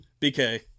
bk